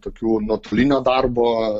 tokių nuotolinio darbo